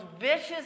vicious